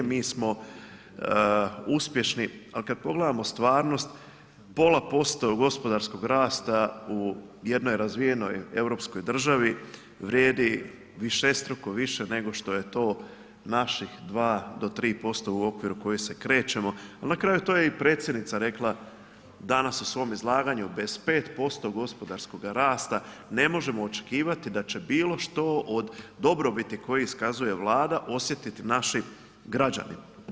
Mi smo uspješni, ali kada pogledamo stvarnost pola posto gospodarskog rasta u jednoj razvijenoj europskoj državi vrijedi višestruko više nego što je to naših 2 do 3% u okviru kojih se krećemo ali na kraju to je i predsjednica rekla danas u svome izlaganju 25% gospodarskoga rasta ne možemo očekivati da će bilo što od dobrobiti koje iskazuje Vlada osjetiti naši građani.